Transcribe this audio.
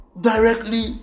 directly